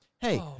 Hey